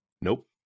Nope